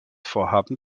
vorhaben